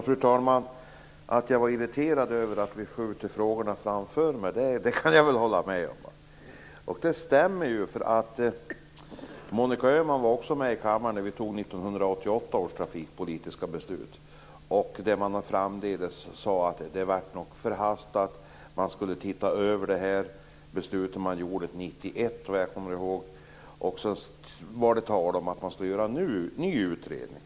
Fru talman! Att jag var irriterad över att vi skjuter frågorna framför oss kan jag väl hålla med om. Det stämmer ju. Monica Öhman var också med i kammaren när vi fattade 1988 års trafikpolitiska beslut. Om detta sade man framdeles att det nog blev förhastat. Man skulle titta över beslutet 1991. Jag kommer också ihåg att det var tal om att göra en ny utredning.